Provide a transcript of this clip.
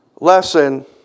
lesson